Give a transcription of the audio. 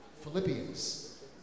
Philippians